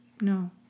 no